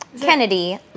Kennedy